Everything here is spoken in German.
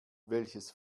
welches